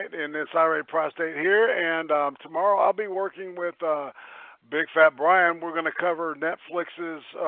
in this sorry prostate here and tomorrow. i'll be working with big fat brian we're gonna cover netflix's